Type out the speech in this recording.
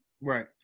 Right